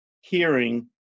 hearing